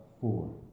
four